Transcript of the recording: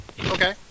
Okay